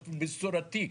מסורתי,